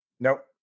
Nope